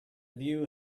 view